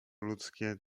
ludzkie